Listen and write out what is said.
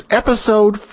episode